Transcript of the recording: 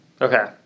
Okay